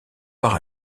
par